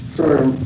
firm